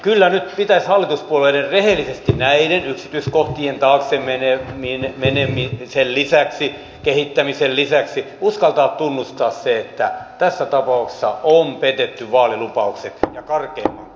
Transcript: kyllä nyt pitäisi hallituspuolueiden rehellisesti näiden yksityiskohtien taakse menemisen lisäksi kehittämisen lisäksi uskaltaa tunnustaa se että tässä tapauksessa on petetty vaalilupaukset ja karkeimman kanssa